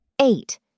Eight